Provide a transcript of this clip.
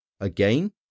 Again